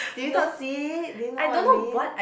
do you not see it do you know what I mean